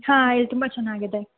ಹಾಂ ಇಲ್ಲಿ ತುಂಬ ಚೆನ್ನಾಗಿದೆ